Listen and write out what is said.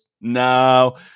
No